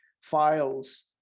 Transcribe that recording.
files